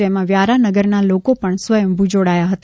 જેમાં વ્યારા નગરના લોકો પણ સ્વયંભ્ જોડાયા હતા